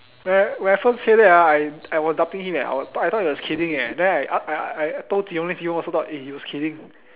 when when I first hear that ah I I was doubting him eh I thought he was kidding eh then I ask I told Qiwen Qiwen also thought he was kidding